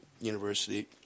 university